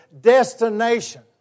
destination